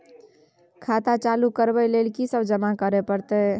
खाता चालू करबै लेल की सब जमा करै परतै?